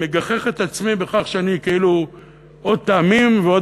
מגחיך את עצמי בכך שאני כאילו עוד תמים ועוד